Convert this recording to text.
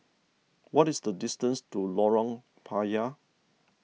what is the distance to Lorong Payah